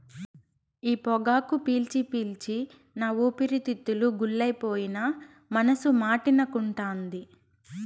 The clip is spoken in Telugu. ఈ పొగాకు పీల్చి పీల్చి నా ఊపిరితిత్తులు గుల్లైపోయినా మనసు మాటినకుంటాంది